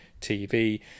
TV